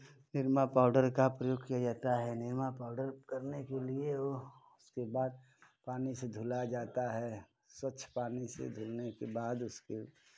Nirma powder का प्रयोग किया जाता है निरमा पाउडर करने के लिये वो उसके बाद पानी से धुला जाता है स्वच्छ पानी से धुलने के बाद उसकी